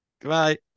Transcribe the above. Goodbye